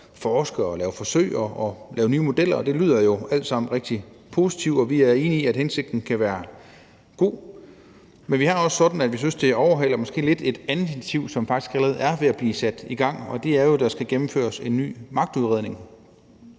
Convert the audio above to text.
forske og lave forsøg og lave nye modeller. Det lyder jo alt sammen rigtig positivt, og vi er enige i, at hensigten kan være god. Men vi har det også sådan, at vi synes, at det måske lidt overhaler et andet initiativ, som faktisk allerede er ved at blive sat i gang, og det er, at der skal gennemføres en ny magtudredning.